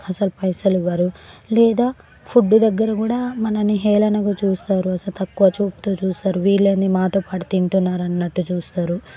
అసలు పైసలు ఇవ్వరు లేదా ఫుడ్ దగ్గర కూడా మనలని హేళనగా చూస్తారు అసలు తక్కువ చూపుతో చూస్తారు వీళ్ళేంటి మాతోపాటు తింటున్నారన్నట్టు చూస్తారు